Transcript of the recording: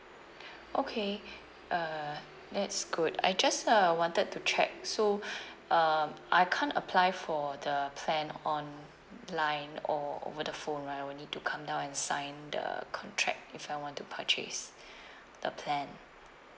okay uh that's good I just uh wanted to check so um I can't apply for the plan online or over the phone right I will need to come down and sign the contract if I want to purchase the plan